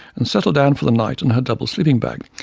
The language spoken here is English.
and settled down for the night in her double sleeping bag,